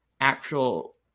actual